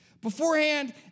Beforehand